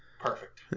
Perfect